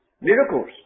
miracles